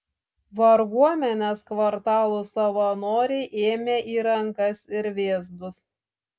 varguomenės kvartalų savanoriai ėmė į rankas ir vėzdus